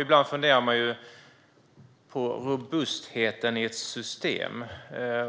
Ibland kan man fundera över robustheten i ett system